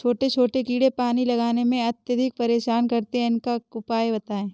छोटे छोटे कीड़े पानी लगाने में अत्याधिक परेशान करते हैं इनका उपाय बताएं?